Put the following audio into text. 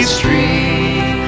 Street